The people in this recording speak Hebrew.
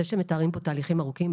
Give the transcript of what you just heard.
זה שמתארים פה תהליכים ארוכים,